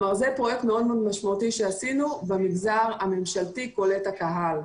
זה פרויקט מאוד משמעותי שעשינו במגזר הממשלתי קולט הקהל.